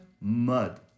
mud